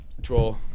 Draw